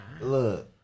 Look